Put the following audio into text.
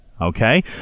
okay